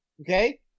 okay